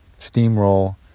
steamroll